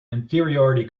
inferiority